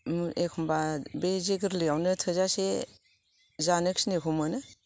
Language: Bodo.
एखमबा बे जे गोरलैआवनो थोजासे जानो खिनिखौ मोनो